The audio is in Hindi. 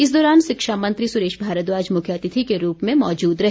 इस दौरान शिक्षा मंत्री सुरेश भारद्वाज मुख्य अतिथि के रूप में मौजूद रहे